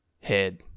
head